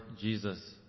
Jesus